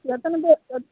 எத்தனை பேர் எத்